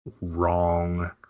wrong